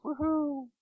Woohoo